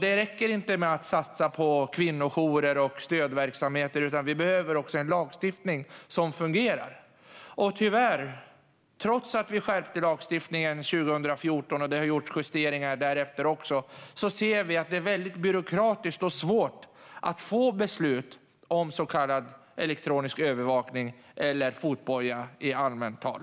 Det räcker inte att satsa på kvinnojourer och stödverksamheter, utan vi behöver också en lagstiftning som fungerar. Tyvärr ser vi att det, trots att vi skärpte lagstiftningen 2014 och trots att det också därefter har gjorts justeringar, är byråkratiskt och svårt att få beslut om så kallad elektronisk övervakning, eller fotboja i allmänt tal.